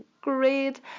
great